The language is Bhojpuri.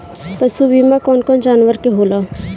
पशु बीमा कौन कौन जानवर के होला?